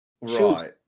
right